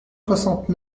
soixante